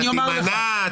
אתה תימנע,